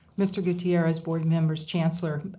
mr. gutierrez, board members, chancellor,